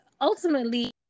ultimately